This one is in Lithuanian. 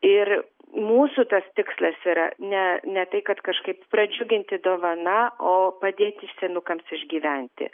ir mūsų tas tikslas yra ne ne tai kad kažkaip pradžiuginti dovana o padėti senukams išgyventi